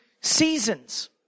seasons